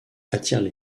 attirent